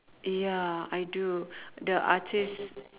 ya I do the artist